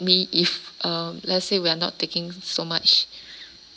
me if uh let's say we are not taking so much